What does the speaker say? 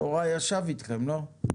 יוראי ישב איתכם לא?